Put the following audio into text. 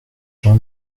gens